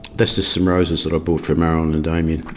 that's just some roses that i bought for marilyn and damien,